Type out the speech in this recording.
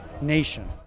nation